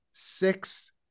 six